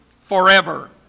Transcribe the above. forever